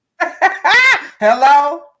Hello